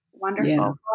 Wonderful